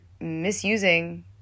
misusing